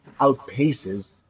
outpaces